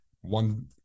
one